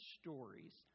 stories